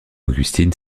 augustine